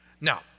Now